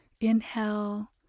Inhale